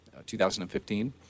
2015